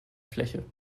fläche